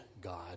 God